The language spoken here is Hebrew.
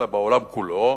אלא בעולם כולו,